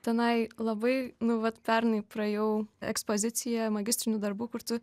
tenai labai nu vat pernai praėjau ekspozicijoje magistrinių darbų kur tu